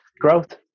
Growth